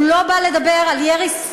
הוא לא בא לדבר על ירי,